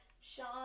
Sean